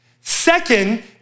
Second